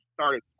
started